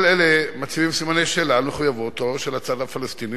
כל אלה מציבים סימני שאלה על מחויבותו של הצד הפלסטיני